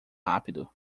rápido